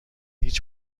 هیچ